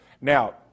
Now